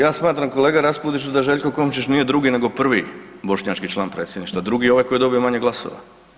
Ja smatram kolega Raspudiću da Željko Komšić nije drugi nego prvi bošnjački član predsjedništva, drugi je ovaj koji je dobio manje glasova.